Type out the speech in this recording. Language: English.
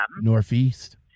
Northeast